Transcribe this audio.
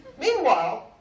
Meanwhile